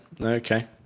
Okay